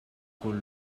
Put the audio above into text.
con